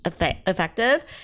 effective